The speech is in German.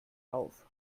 auf